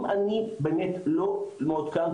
אם אני באמת לא מעודכן,